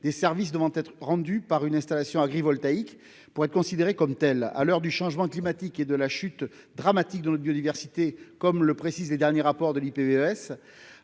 des services devant être rendus par une installation agrivoltaïque pour qu'elle soit considérée comme telle. À l'heure du changement climatique et de la chute dramatique de notre biodiversité, comme le précisent les derniers rapports de la